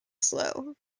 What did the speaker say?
slow